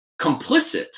complicit